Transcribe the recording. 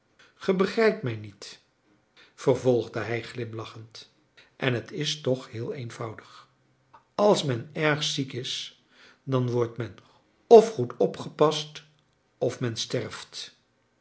gij begrijpt mij niet vervolgde hij glimlachend en het is toch heel eenvoudig als men erg ziek is dan wordt men f goed opgepast f men sterft